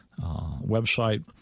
website